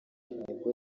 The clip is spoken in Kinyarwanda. nibwo